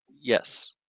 Yes